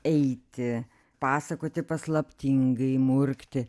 eiti pasakoti paslaptingai murkti